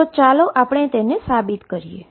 તો ચાલો આપણે તેને સાબિત કરીએ